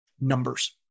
numbers